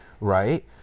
Right